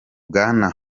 bwana